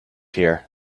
here